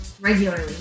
regularly